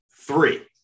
three